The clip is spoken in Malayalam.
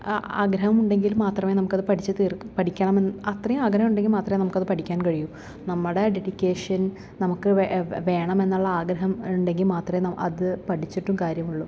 ആ ആഗ്രഹമുണ്ടെങ്കിൽ മാത്രമേ നമുക്ക് അത് പഠിച്ച് തീർക്കണം പഠിക്കണമെന്ന് അത്രയും ആഗ്രഹമുണ്ടെങ്കിൽ മാത്രമേ നമുക്കത് പഠിക്കാൻ കഴിയൂ നമ്മുടെ ഡെഡിക്കേഷൻ നമുക്ക് വേ വേണമെന്നുള്ള ആഗ്രഹം ഉണ്ടെങ്കിൽ മാത്രമേ അത് പഠിച്ചിട്ടും കാര്യമുള്ളൂ